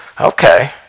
okay